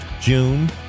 June